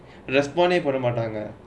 response